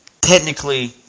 Technically